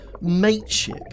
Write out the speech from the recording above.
mateship